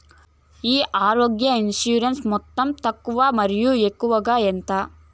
ఈ ఆరోగ్య ఇన్సూరెన్సు మొత్తం తక్కువ మరియు ఎక్కువగా ఎంత?